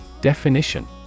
Definition